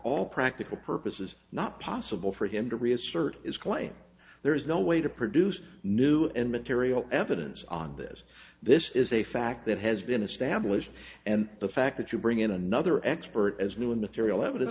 all practical purposes not possible for him to reassert his claim there is no way to produce new and material evidence on this this is a fact that has been established and the fact that you bring in another expert as new material evidence